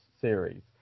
series